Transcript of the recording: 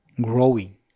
growing